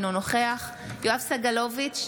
אינו נוכח יואב סגלוביץ'